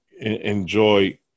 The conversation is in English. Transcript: enjoy